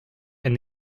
and